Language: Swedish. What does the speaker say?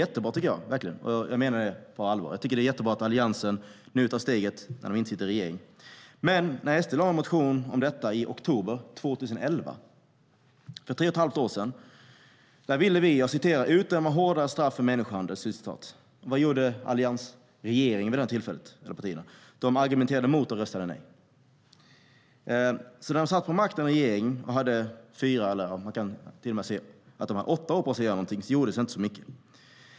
Det är jättebra, och jag menar det på allvar. Det är bra att Alliansen tar detta steg när de inte sitter i regeringen. SD väckte en motion om detta i oktober 2011, för tre och ett halvt år sedan. Vi ville utdöma hårdare straff för människohandel. Vad gjorde allianspartierna vid detta tillfälle? De argumenterade emot och röstade nej. När Alliansen satt vid makten och hade fyra år, eller till och med åtta år, på sig att göra något gjordes inte mycket.